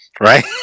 right